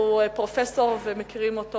והוא פרופסור ומכירים אותו,